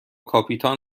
کاپیتان